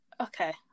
Okay